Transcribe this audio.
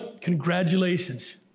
congratulations